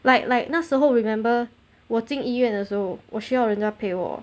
like like 那时候 remember 我进医院的时候我需要人家陪我